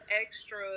extra